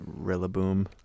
Rillaboom